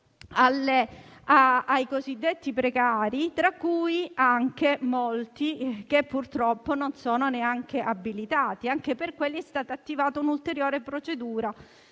ai cosiddetti precari, tra cui molti, purtroppo, non sono neanche abilitati. Anche per loro è stata attivata un'ulteriore procedura